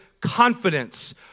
confidence